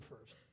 first